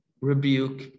rebuke